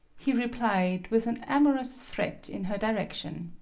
he replied, with an amor ous threat in her direction.